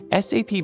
SAP